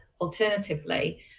alternatively